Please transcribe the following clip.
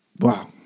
Wow